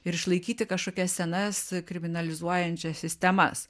ir išlaikyti kažkokias senas kriminalizuojančias sistemas